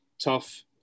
tough